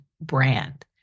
brand